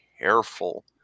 careful